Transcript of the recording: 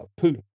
Putin